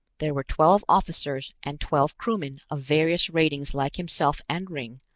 there were twelve officers and twelve crewmen of various ratings like himself and ringg,